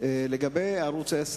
לגבי ערוץ-10,